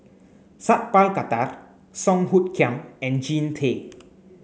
Sat Pal Khattar Song Hoot Kiam and Jean Tay